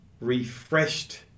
refreshed